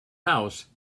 house